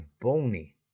bony